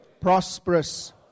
prosperous